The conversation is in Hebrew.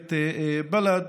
מפלגת בל"ד,